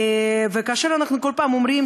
אנחנו כל פעם אומרים